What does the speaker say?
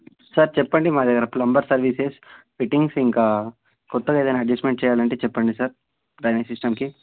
sir చెప్పండి మా దగ్గర ప్లంబర్ సర్వీసెస్ ఫిట్టింగ్స్ ఇంకా కొత్తగా ఏదైన అడ్జెస్ట్మెంట్ చేయాలంటే చెప్పండి సార్ డ్రైనేజ్ సిస్టంకి